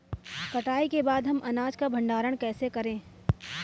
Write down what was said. कटाई के बाद हम अनाज का भंडारण कैसे करें?